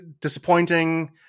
disappointing